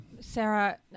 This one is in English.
Sarah